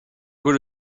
put